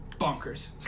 bonkers